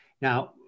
Now